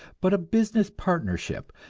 but a business partnership,